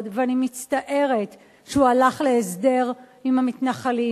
ואני מצטערת שהוא הלך להסדר עם המתנחלים,